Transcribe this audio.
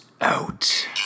out